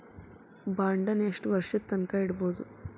ಬಾಂಡನ್ನ ಯೆಷ್ಟ್ ವರ್ಷದ್ ತನ್ಕಾ ಇಡ್ಬೊದು?